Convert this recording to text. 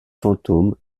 fantômes